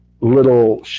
little